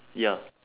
ya